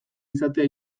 izatea